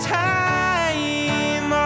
time